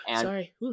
Sorry